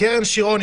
קרן שירוני,